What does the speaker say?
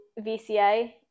VCA